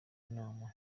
nama